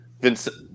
Vincent